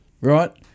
right